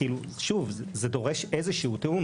לכן זה דורש איזה שהוא תיאום.